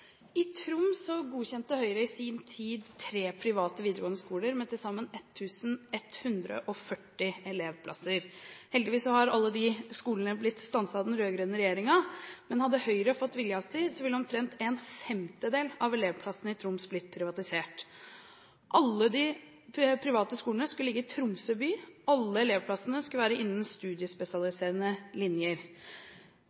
I Troms godkjente Høyre i sin tid tre private videregående skoler med til sammen 1 140 elevplasser. Heldigvis har alle disse skolene blitt stanset av den rød-grønne regjeringen, men hadde Høyre fått viljen sin, ville omtrent en femtedel av elevplassene i Troms blitt privatisert. Alle de private skolene skulle ligge i Tromsø by, og alle elevplassene skulle være innen